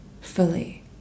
fully